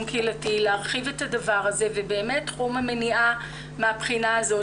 קהילתי כדי להרחיב את הדבר הזה ובאמת תחום המניעה מהבחינה הזאת,